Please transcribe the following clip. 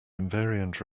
invariant